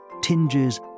tinges